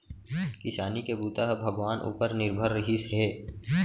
किसानी के बूता ह भगवान उपर निरभर रिहिस हे